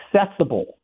accessible